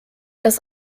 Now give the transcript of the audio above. das